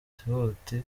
hutihuti